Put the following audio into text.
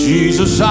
Jesus